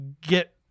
get